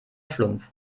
schlumpf